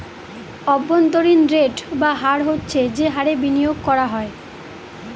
অভ্যন্তরীন রেট বা হার হচ্ছে যে হারে বিনিয়োগ করা হয়